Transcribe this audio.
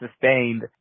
sustained